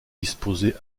disposés